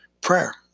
prayer